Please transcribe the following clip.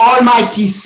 Almighty